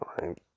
right